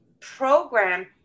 program